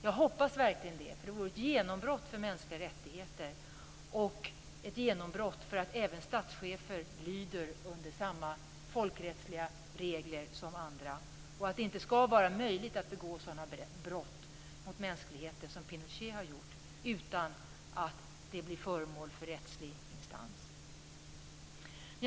Jag hoppas verkligen det. Det vore ett genombrott för mänskliga rättigheter och ett genombrott för att även statschefer lyder under samma folkrättsliga regler som andra, att det inte skall vara möjligt att begå sådana brott mot mänskligheten som Pinochet har gjort utan att det blir föremål för prövning i rättslig instans.